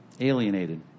Alienated